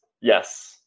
yes